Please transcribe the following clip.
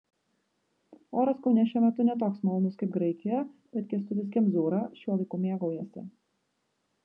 oras kaune šiuo metu ne toks malonus kaip graikijoje bet kęstutis kemzūra šiuo laiku mėgaujasi